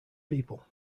people